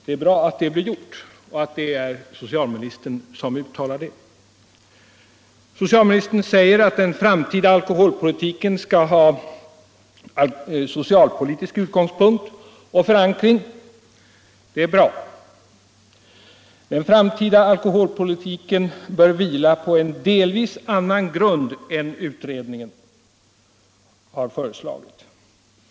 Det är bra att detta blir sagt och att det är socialministern som uttalar det. Socialministern säger att den framtida alkoholpolitiken skall ha ”socialpolitisk utgångspunkt och förankring”. Det är bra. Den framtida alkoholpolitiken ”bör vila på en delvis annan grund än utredningen har föreslagit”.